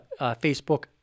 Facebook